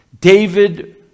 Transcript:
David